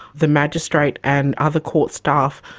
the magistrate and other court staff,